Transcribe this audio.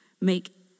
make